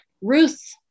Ruth